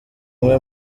umwe